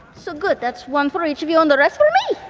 so good, that's one for each of you and the rest